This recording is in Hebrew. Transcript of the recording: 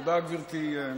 תודה, גברתי.